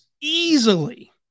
easily